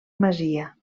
masia